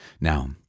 Now